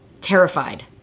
terrified